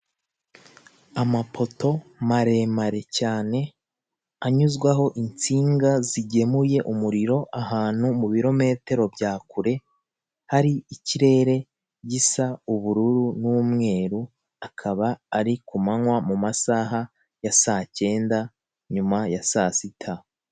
Amapoto maremare cyane; anyuzwaho insinga zigemuye umuriro ahantu mu birometero bya kure, hari ikirere gisa ubururu n'umweru, akaba ari ku manywa mu masaha ya saa cyenda nyuma ya saa sita.